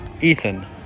Ethan